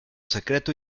secreto